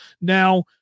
Now